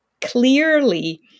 clearly